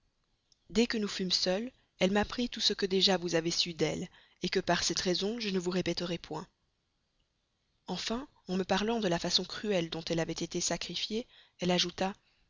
dès que nous fûmes seules elle m'apprit tout ce que déjà vous avez su d'elle que par cette raison je ne vous répéterai point enfin en me parlant de la façon cruelle dont elle a été sacrifiée elle ajouta